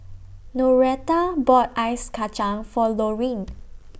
Noreta bought Ice Kacang For Loreen